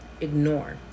ignore